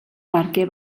perquè